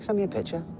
so me a picture.